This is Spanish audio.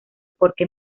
porque